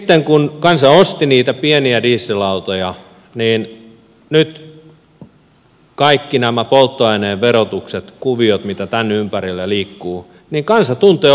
sitten kun kansa osti niitä pieniä dieselautoja ja kun nyt on kaikki nämä polttoaineen verotukset kuviot mitä tämän ympärillä liikkuu niin kansa tuntee olevansa petetty